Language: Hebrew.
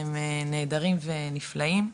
הם נהדרים ונפלאים,